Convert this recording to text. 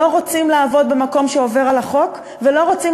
לא רוצים לעבוד במקום שעובר על החוק ולא רוצים